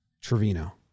Trevino